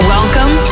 Welcome